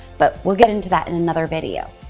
but we'll get into that in another video.